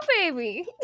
baby